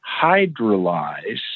hydrolyze